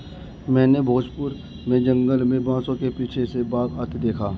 मैंने भोजपुर के जंगल में बांसों के पीछे से बाघ आते देखा